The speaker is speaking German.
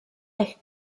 echt